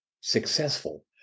successful